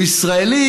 הוא ישראלי,